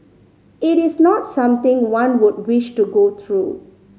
it is not something one would wish to go through